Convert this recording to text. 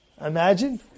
Imagine